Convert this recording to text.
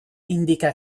indica